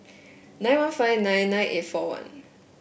nine one five nine nine eight four one